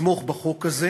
לתמוך בחוק הזה